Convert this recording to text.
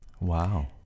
Wow